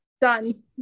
Done